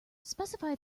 specify